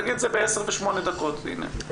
תגיד את זה ב- 10:08. צר